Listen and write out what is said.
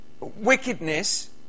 wickedness